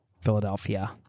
Philadelphia